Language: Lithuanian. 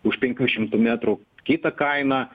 už penkių šimtų metrų kitą kainą